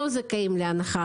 תלמידי נעל"ה,